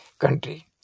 country